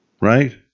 right